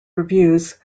reviews